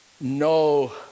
no